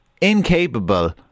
incapable